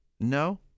No